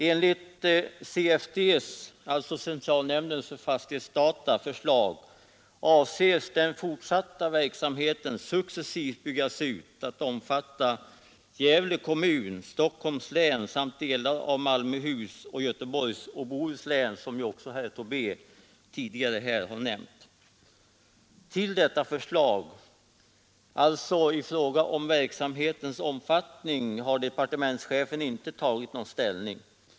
Enligt förslaget från CFD — centralnämnden för fastighetsdata — avses den fortsatta verksamheten successivt byggas ut till att omfatta Gävle kommun, Stockholms län samt delar av Malmöhus län samt delar av Göteborgs och Bohus län, vilket herr Tobé tidigare har nämnt. Till detta förslag om verksamhetens omfattning har departementschefen inte tagit ställning.